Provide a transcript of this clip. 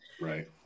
Right